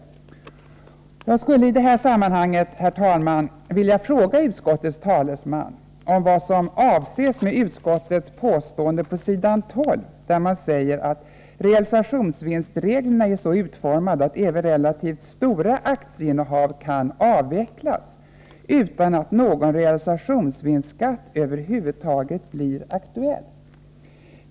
Jag vill i det här sammahanget, herr talman, fråga utskottets talesman vad som avses med utskottets påstående på s. 12 att ”realisationsvinstreglerna är så utformade att även relativt stora aktieinnehav kan avvecklas utan att någon realisationsvinstskatt över huvud taget blir aktuell”.